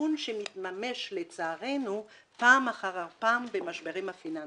הסיכון שמתממש לצערנו פעם אחר פעם במשברים הפיננסיים.